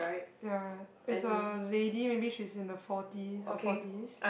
ya is a lady maybe she's in the forty her forties